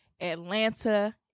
Atlanta